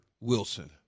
Wilson